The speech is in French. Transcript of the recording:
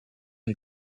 est